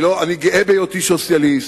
אני גאה בהיותי סוציאליסט.